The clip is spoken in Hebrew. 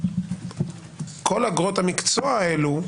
כל אגרות המקצוע האלו,